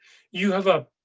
you have a.